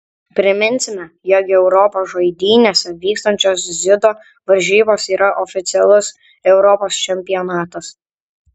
priminsime jog europos žaidynėse vykstančios dziudo varžybos yra oficialus europos čempionatas